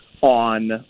on